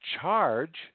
charge